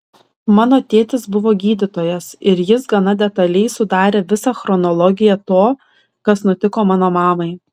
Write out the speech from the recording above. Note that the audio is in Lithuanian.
mano tėtis buvo gydytojas ir jis gana detaliai sudarė visą chronologiją to kas nutiko mano mamai